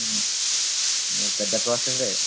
పెద్ద ప్రాసెస్యే